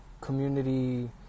community